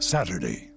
Saturday